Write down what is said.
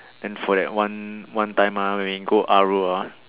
then for that one one time mah when go R_O ah